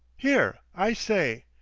here i say!